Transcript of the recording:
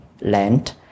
land